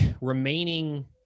remaining